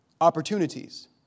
opportunities